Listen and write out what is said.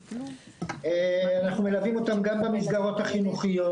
אנחנו מלווים אותם גם במסגרות החינוכיות.